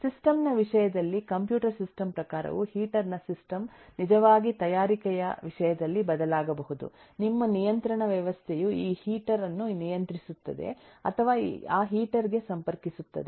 system ನ ವಿಷಯದಲ್ಲಿ computer system ಪ್ರಕಾರವೂ ಹೀಟರ್ ನ ಸಿಸ್ಟಮ್ ನಿಜವಾದ ತಯಾರಿಕೆಯ ವಿಷಯದಲ್ಲಿ ಬದಲಾಗಬಹುದು ನಿಮ್ಮ ನಿಯಂತ್ರಣ ವ್ಯವಸ್ಥೆಯು ಈ ಹೀಟರ್ ಅನ್ನು ನಿಯಂತ್ರಿಸುತ್ತದೆ ಅಥವಾ ಆ ಹೀಟರ್ ಗೆ ಸಂಪರ್ಕಿಸುತ್ತದೆ